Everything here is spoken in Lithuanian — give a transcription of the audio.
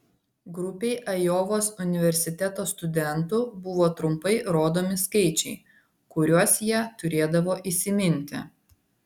grupei ajovos universiteto studentų buvo trumpai rodomi skaičiai kuriuos jie turėdavo įsiminti